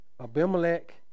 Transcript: Abimelech